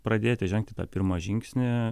pradėti žengti tą pirmą žingsnį